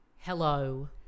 Hello